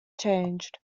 changed